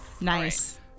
nice